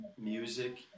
music